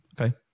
okay